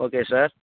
okay sir